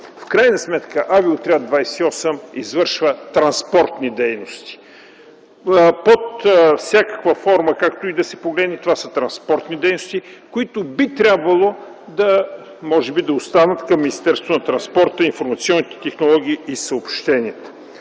В крайна сметка Авиоотряд 28 извършва транспортни дейности. Под всякаква форма, както и да се погледне, това са транспортни дейности, които би трябвало може би да останат към Министерството на транспорта, информационните технологии и съобщенията.